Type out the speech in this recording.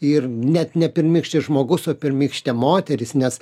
ir net ne pirmykštis žmogus o pirmykštė moteris nes